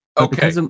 Okay